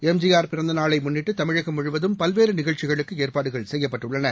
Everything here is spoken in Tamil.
எம் ஜி ஆர் பிறந்த நாளை முன்னிட்டு தமிழகம் முழுவதும் பல்வேறு நிகழ்ச்சிகளுக்கு ஏற்பாடுகள் செய்யப்பட்டுள்ளன